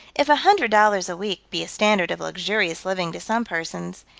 if a hundred dollars a week be a standard of luxurious living to some persons,